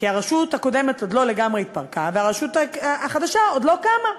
כי הרשות הקודמת עוד לא לגמרי התפרקה והרשות החדשה עוד לא קמה,